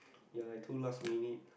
ya I too last minute